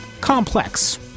complex